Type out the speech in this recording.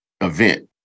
Event